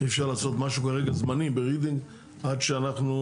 אי אפשר לעשות משהו כרגע זמני ברידינג עד שאנחנו